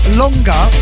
longer